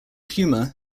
humor